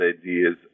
ideas